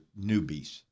newbies